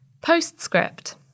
Postscript